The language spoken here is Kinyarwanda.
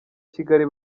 kigali